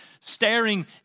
staring